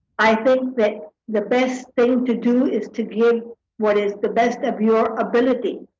i think that the best thing to do is to give what is the best of your ability.